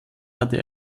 hatte